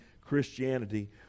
christianity